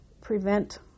prevent